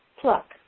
pluck